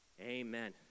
Amen